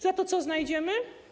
Za to co znajdziemy?